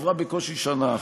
עברה בקושי שנה,